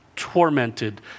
tormented